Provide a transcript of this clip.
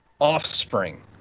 offspring